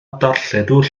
darlledwr